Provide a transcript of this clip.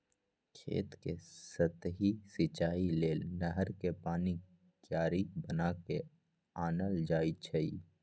खेत कें सतहि सिचाइ लेल नहर कें पानी क्यारि बना क आनल जाइ छइ